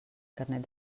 carnet